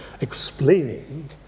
explaining